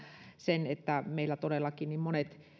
sen että meillä todellakin monet